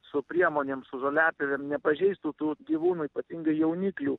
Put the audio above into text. su priemonėm su žoliapjovėm nepažeistų tų gyvūnų ypatingai jauniklių